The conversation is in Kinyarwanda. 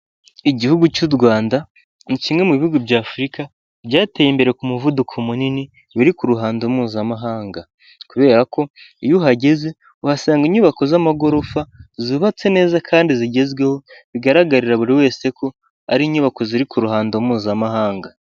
Igihugu cy'u Rwanda ni kimwe mu bihugu by'Afurika byateye imbere ku muvuduko munini biri ku ruhando mpuzamahanga, kubera ko iyo uhageze uhasanga inyubako z'amagorofa zubatse neza kandi zigezweho bigaragarira buri wese ko ari inyubako ziri ku ruhando mpuzamahanga.